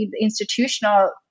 institutional